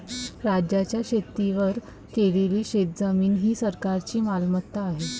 राज्याच्या शेतीवर केलेली शेतजमीन ही सरकारची मालमत्ता आहे